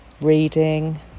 reading